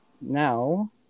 Now